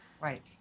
Right